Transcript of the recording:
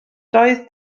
doedd